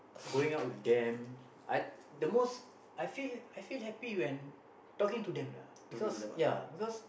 going out with them I the most I feel I feel happy when talking to them lah because ya because